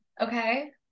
okay